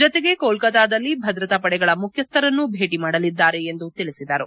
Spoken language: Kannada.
ಜತೆಗೆ ಕೋಲ್ಕತಾದಲ್ಲಿ ಭದ್ರತಾ ಪಡೆಗಳ ಮುಖ್ಚಿಸ್ಟರನ್ನೂ ಭೇಟಿ ಮಾಡಲಿದ್ದಾರೆ ಎಂದು ತಿಳಿಸಿದರು